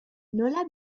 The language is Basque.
nola